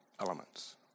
elements